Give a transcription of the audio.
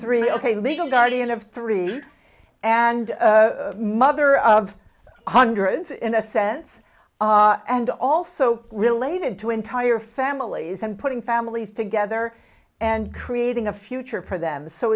three ok legal guardian of three and mother of hundreds in a sense and also related to entire families and putting families together and creating a future for them so